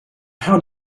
how